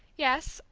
yes,